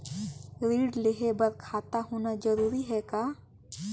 ऋण लेहे बर खाता होना जरूरी ह का?